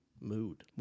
mood